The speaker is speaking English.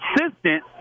consistent